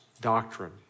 doctrine